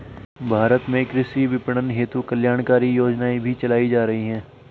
भारत में कृषि विपणन हेतु कल्याणकारी योजनाएं भी चलाई जा रही हैं